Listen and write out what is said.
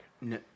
no